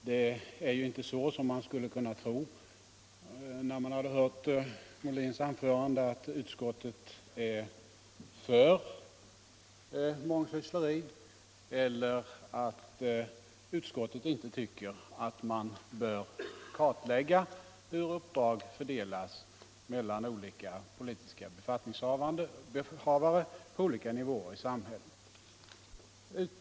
Det är inte så, som man skulle kunna tro efter att ha hört herr Molins anförande, att utskottet är för mångsyssleriet eller att utskottet inte tycker att det bör kartläggas hur uppdrag fördelas mellan olika politiska befattningshavare på olika nivåer i samhället.